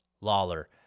Lawler